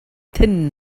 thin